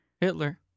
Hitler